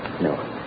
No